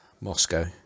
Moscow